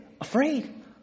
afraid